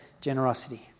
generosity